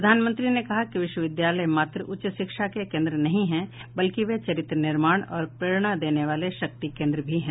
प्रधानमंत्री ने कहा कि विश्वविद्यालय मात्र उच्च शिक्षा के केन्द्र नहीं हैं बल्कि वे चरित्र निर्माण और प्रेरणा देने वाले शक्ति केन्द्र भी हैं